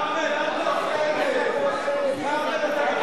סעיף 5 התקבל עם גרסה א'.